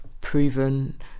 proven